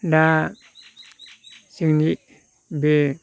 दा जोंनि बे